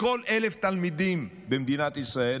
לכל 1,000 תלמידים במדינת ישראל